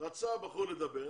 רצה הבחור לדבר,